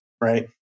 right